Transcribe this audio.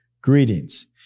Greetings